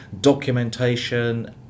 documentation